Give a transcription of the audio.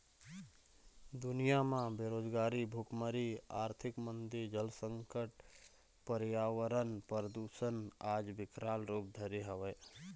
दुनिया म बेरोजगारी, भुखमरी, आरथिक मंदी, जल संकट, परयावरन परदूसन आज बिकराल रुप धरे हवय